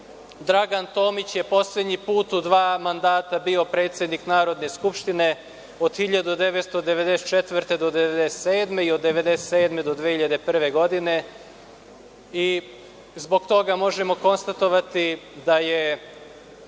Dragan Tomić je poslednji put u dva mandata bio predsednik Narodne skupštine, od 1994. do 1997. i od 1997. do 2001. godine i zbog toga možemo konstatovati da je